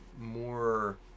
more